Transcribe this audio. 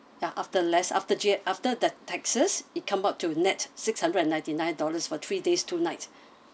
ya after less after G after the taxes it come up to nett six hundred and ninety nine dollars for three days two night